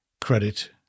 credit